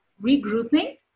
regrouping